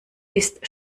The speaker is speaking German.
ist